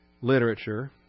literature